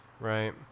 Right